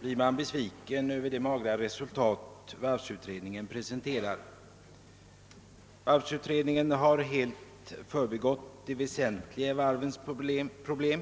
blir man besviken över det magra resultat varvsutredningen presenterat. Varvsutredningen har helt förbigått det väsentliga i varvens problem.